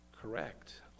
correct